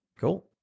Cool